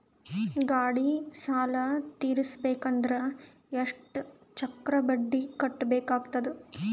ಗಾಡಿ ಸಾಲ ತಿರಸಬೇಕಂದರ ಎಷ್ಟ ಚಕ್ರ ಬಡ್ಡಿ ಕಟ್ಟಬೇಕಾಗತದ?